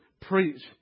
preach